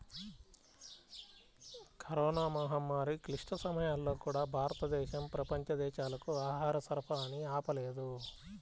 corona మహమ్మారి క్లిష్ట సమయాల్లో కూడా, భారతదేశం ప్రపంచ దేశాలకు ఆహార సరఫరాని ఆపలేదు